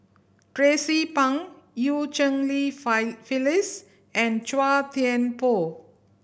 Tracie Pang Eu Cheng Li Fire Phyllis and Chua Thian Poh